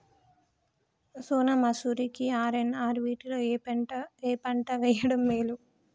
సోనా మాషురి కి ఆర్.ఎన్.ఆర్ వీటిలో ఏ పంట వెయ్యడం మేలు?